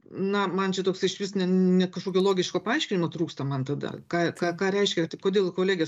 na man čia toks išvis ne kažkokio logiško paaiškinimo trūksta man tada ką ką ką reiškia kodėl kolegijos